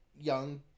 young